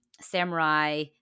samurai